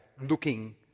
looking